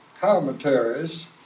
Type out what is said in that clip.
commentaries